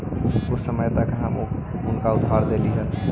कुछ समय तक हम उनका उधार देली हल